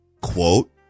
Quote